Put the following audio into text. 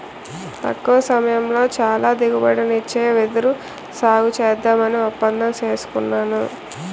తక్కువ సమయంలో చాలా దిగుబడినిచ్చే వెదురు సాగుసేద్దామని ఒప్పందం సేసుకున్నాను